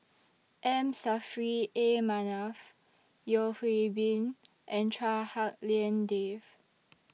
M Saffri A Manaf Yeo Hwee Bin and Chua Hak Lien Dave